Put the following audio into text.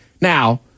Now